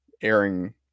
airing